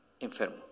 enfermo